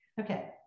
Okay